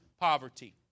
poverty